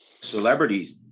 celebrities